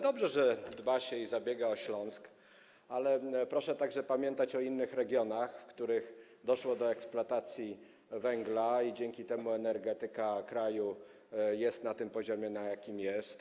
Dobrze, że się dba i zabiega o Śląsk, ale proszę także pamiętać o innych regionach, w których doszło do eksploatacji węgla, dzięki czemu energetyka kraju jest na tym poziomie, na jakim jest.